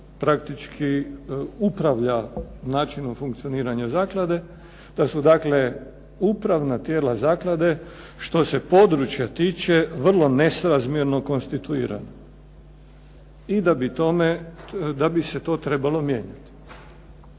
praktički upravlja načinom funkcioniranja zaklade, da su dakle upravna tijela zaklade što se područja tiče vrlo nesrazmjerno konstituirana i da bi se to trebalo mijenjati.